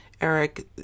Eric